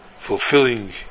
fulfilling